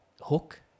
hook